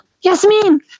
Yasmin